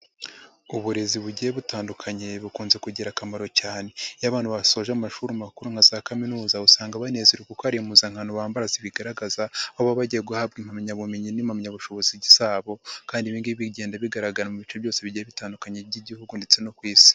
Uburezi bugiye butandukanye bukunze kugira akamaro cyane. Iyo abantu basoje amashuri makuru nka za kaminuza usanga banezererwa kuko hari impupuzankano bambara zibigaragaza aho baba bagiye guhabwa impamyabumenyi n'impamyabushobozi zabo kandi ibi ngigi bigenda bigaragara mu bice byose bigiye bitandukanye by'Igihugu ndetse no ku isi.